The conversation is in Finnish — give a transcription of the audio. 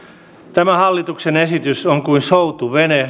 tämä hallituksen esitys on kuin soutuvene